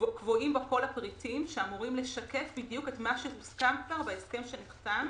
וקבועים בו כל הפריטים שאמורים לשקף בדיוק את מה שהוסכם כבר בהסכם שנחתם